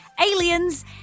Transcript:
aliens